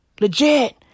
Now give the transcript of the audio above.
Legit